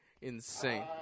insane